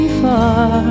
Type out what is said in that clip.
far